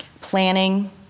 planning